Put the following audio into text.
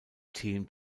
team